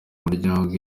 umuryango